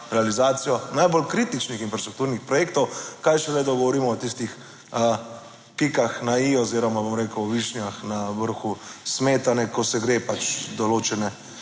realizacijo najbolj kritičnih infrastrukturnih projektov, kaj šele, da govorimo o tistih pikah na i oziroma bom rekel o višnjah na vrhu smetane ko se gre pač določene